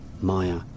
Maya